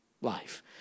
life